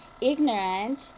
ignorant